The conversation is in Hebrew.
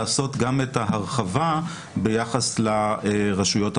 לעשות גם את ההרחבה ביחס לרשויות המקומיות.